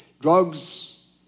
Drugs